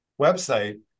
website